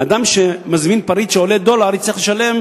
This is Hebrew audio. אדם שמזמין פריט שעולה דולר יצטרך לשלם